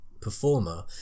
performer